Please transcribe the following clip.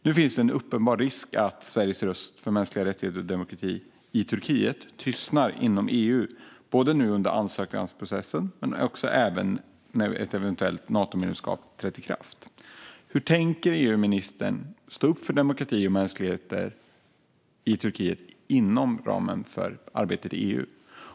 Nu finns en uppenbar risk för att Sveriges röst för mänskliga rättigheter och demokrati i Turkiet tystnar inom EU, både nu under ansökningsprocessen och efter det att ett eventuellt Natomedlemskap har trätt i kraft. Hur tänker EU-ministern stå upp för demokrati och mänskliga rättigheter i Turkiet inom ramen för arbetet i EU?